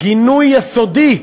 גינוי יסודי,